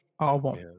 album